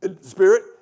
Spirit